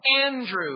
Andrew